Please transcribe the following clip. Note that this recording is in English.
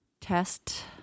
Test